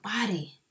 body